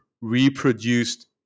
reproduced